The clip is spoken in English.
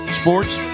sports